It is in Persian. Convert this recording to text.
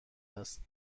است